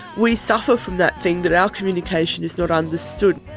we suffer from that thing that our communication is not understood.